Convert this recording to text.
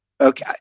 okay